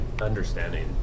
Understanding